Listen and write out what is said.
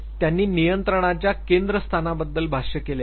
यामध्ये त्यांनी नियंत्रणाच्या केंद्र स्थानाबद्दल भाष्य केले आहे